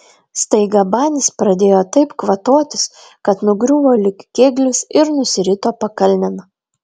staiga banis pradėjo taip kvatotis kad nugriuvo lyg kėglis ir nusirito pakalnėn